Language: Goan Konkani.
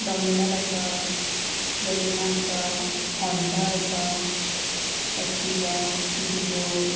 डॉमिनर आसा प्लेटिना आसा होंडा आसा एक्टिवा डियो